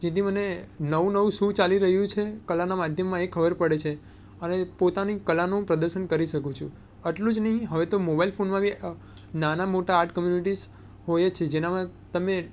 જેથી મને નવું નવું શું ચાલી રહ્યું છે કલાના માધ્યમમાં એ ખબર પડે છે અને પોતાની કલાનું પ્રદર્શન કરી શકું છું આટલું જ નહીં હવે તો મોબાઈલ ફોનમાં બી નાના મોટા આર્ટ કમ્યુનિટીઝ હોય જ છે જેનામાં તમે